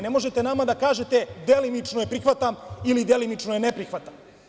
Ne možete nama da kažete delimično prihvatam ili delimično ne prihvatam.